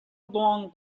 long